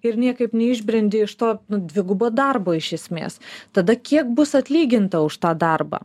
ir niekaip neišbrendi iš to dvigubo darbo iš esmės tada kiek bus atlyginta už tą darbą